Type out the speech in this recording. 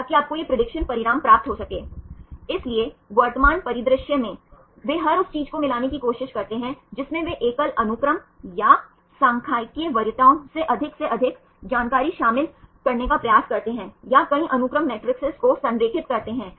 तो अगर आप NH और CO परमाणुओं के बीच i और i 4 के बीच ये हाइड्रोजन बॉन्ड बनाते हैं तो स्वचालित रूप से आप संरचनाओं का एक प्रकार का सर्पिल आकार प्राप्त कर सकते हैं इससे अल्फा हेलिक्स का निर्माण होता है